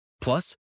Plus